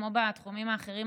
כמו בתחומים האחרים,